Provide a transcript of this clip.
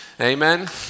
Amen